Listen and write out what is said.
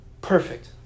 perfect